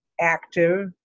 active